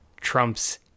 Trump's